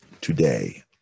today